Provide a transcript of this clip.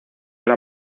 una